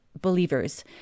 believers